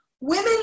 women